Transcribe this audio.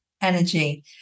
energy